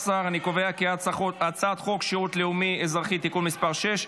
18. אני קובע כי הצעת חוק שירות לאומי-אזרחי (תיקון מס' 6),